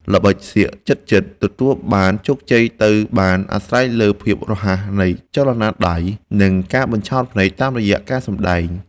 ល្បិចសៀកជិតៗទទួលបានជោគជ័យទៅបានអាស្រ័យលើភាពរហ័សនៃចលនាដៃ និង ការបញ្ឆោតភ្នែកតាមរយៈការសម្តែង។